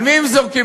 על מי הם זורקים?